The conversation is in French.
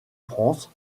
france